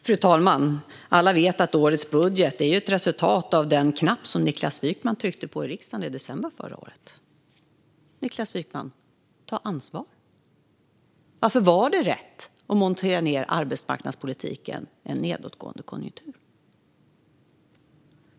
Fru talman! Alla vet att årets budget är ett resultat av vilken knapp som Niklas Wykman tryckte på i riksdagen i december förra året. Niklas Wykman, ta ansvar! Varför var det rätt att montera ned arbetsmarknadspolitiken i en nedåtgående konjunktur?